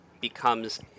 becomes